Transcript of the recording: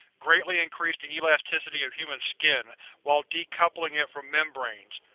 greatly increase the elasticity of human skin while decoupling it from membranes.